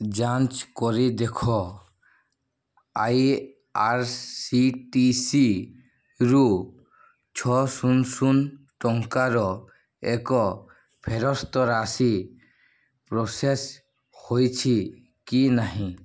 ଯାଞ୍ଚ କରି ଦେଖ ଆଇଆର୍ସିଟିସିରୁ ଛଅ ଶୂନ ଶୂନ ଟଙ୍କାର ଏକ ଫେରସ୍ତ ରାଶି ପ୍ରୋସେସ୍ ହୋଇଛି କି ନାହିଁ